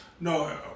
No